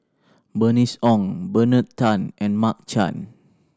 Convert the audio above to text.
Bernice Ong Bernard Tan and Mark Chan